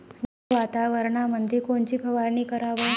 ढगाळ वातावरणामंदी कोनची फवारनी कराव?